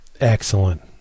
Excellent